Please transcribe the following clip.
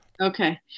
Okay